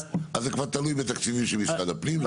אז זה כבר תלוי בתקציבים של משרד הפנים.